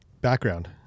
background